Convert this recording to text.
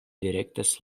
direktas